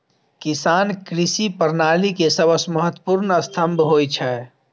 किसान कृषि प्रणाली के सबसं महत्वपूर्ण स्तंभ होइ छै